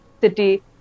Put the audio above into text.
city